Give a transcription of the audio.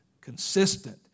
consistent